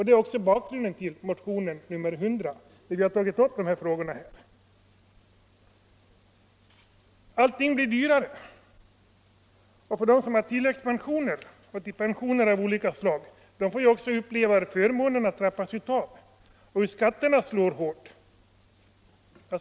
Det är också anledningen till motionen 100, vari vi har tagit upp dessa frågor. Allting blir dyrare. De som har tilläggspensioner av olika slag får uppleva att förmånerna trappas av och att skatterna slår hårt.